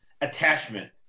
Attachment